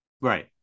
Right